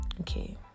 okay